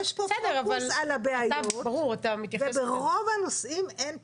יש פה פוקוס על הבעיות וברוב הנושאים אין פתרונות.